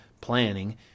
planning